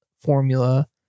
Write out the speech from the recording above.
formula